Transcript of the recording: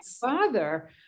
father